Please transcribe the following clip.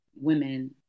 women